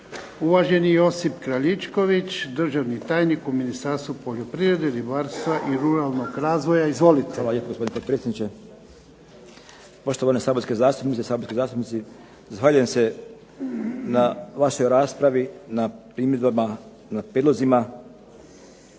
Uvaženi Josip Kraljičković državni tajnik u Ministarstvu poljoprivrede, ribarstva i ruralnog razvoja. Izvolite. **Kraljičković, Josip** Hvala lijepo gospodine potpredsjedniče. Poštovane saborske zastupnice i zastupnici. Zahvaljujem se na vašoj raspravi na primjedbama na prijedlozima.